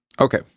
Okay